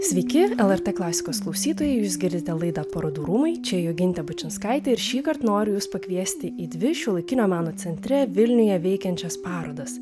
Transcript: sveiki lrt klasikos klausytojai jūs girdite laidą parodų rūmai čia jogintė bučinskaitė ir šįkart noriu jus pakviesti į dvi šiuolaikinio meno centre vilniuje veikiančias parodas